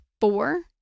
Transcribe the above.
Four